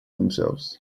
themselves